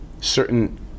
certain